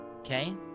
Okay